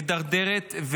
מידרדרת,